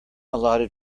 allotted